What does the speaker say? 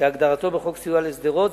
כהגדרתו בחוק סיוע לשדרות,